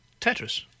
Tetris